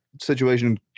situation